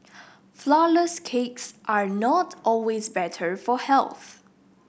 flourless cakes are not always better for health